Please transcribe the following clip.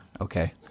Okay